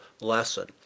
lesson